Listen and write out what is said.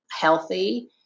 healthy